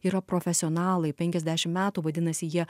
yra profesionalai penkiasdešimt metų vadinasi jie